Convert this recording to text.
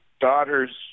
daughter's